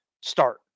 start